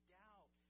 doubt